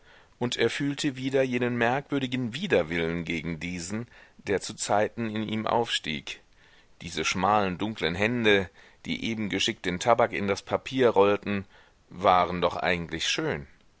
und er fühlte wieder jenen merkwürdigen widerwillen gegen diesen der zuzeiten in ihm aufstieg diese schmalen dunklen hände die eben geschickt den tabak in das papier rollten waren doch eigentlich schön